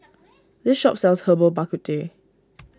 this shop sells Herbal Bak Ku Teh